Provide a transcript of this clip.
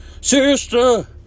sister